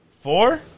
Four